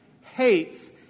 hates